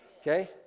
Okay